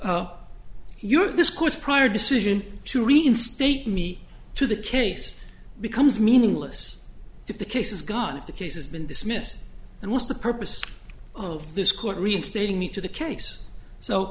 not your this court's prior decision to reinstate me to the case becomes meaningless if the case is gone if the case has been dismissed and what's the purpose of this court reinstating me to the case so